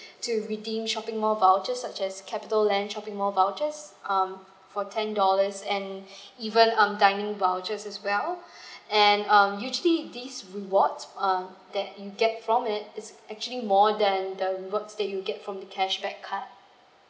to redeem shopping mall voucher such as capital land shopping mall vouchers um for ten dollars and even um dining vouchers as well and um usually these rewards um that you get from it is actually more than the rewards that you get from cashback card